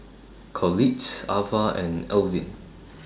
Collette Avah and Elvin